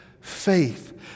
faith